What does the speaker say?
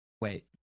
Wait